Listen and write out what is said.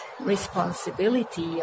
responsibility